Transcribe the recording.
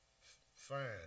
fine